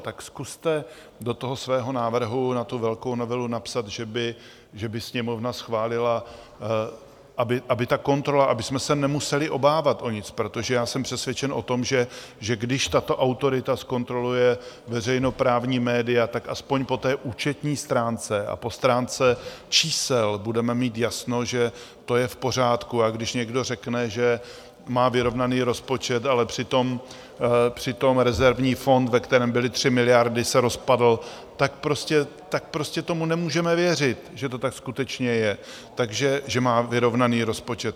Tak zkuste do toho svého návrhu na velkou novelu napsat, že by Sněmovna schválila, aby ta kontrola abychom se nemuseli obávat o nic, protože já jsem přesvědčen o tom, že když tato autorita zkontroluje veřejnoprávní média, aspoň po účetní stránce a po stránce čísel budeme mít jasno, že to je v pořádku, a když někdo řekne, že má vyrovnaný rozpočet, ale přitom rezervní fond, ve kterém byly 3 miliardy, se rozpadl, tak prostě tomu nemůžeme věřit, že to tak skutečně je, že má vyrovnaný rozpočet.